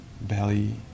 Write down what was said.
belly